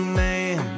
man